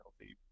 healthy